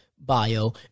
bio